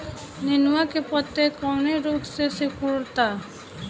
नेनुआ के पत्ते कौने रोग से सिकुड़ता?